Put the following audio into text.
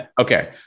Okay